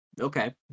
Okay